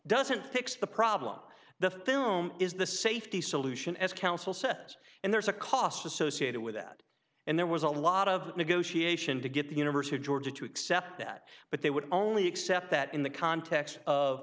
doesn't fix the problem the film is the safety solution as council says and there's a cost associated with that and there was a lot of negotiation to get the university of georgia to accept that but they would only accept that in the context of